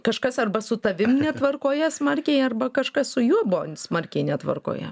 kažkas arba su tavimi netvarkoje smarkiai arba kažkas su juo buvo smarkiai netvarkoje